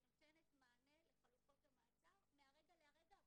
שנותנת מענה לחלופות המעצר מהרגע להרגע.